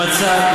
על מה אתה מדבר?